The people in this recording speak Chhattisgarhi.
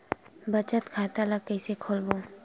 बचत खता ल कइसे खोलबों?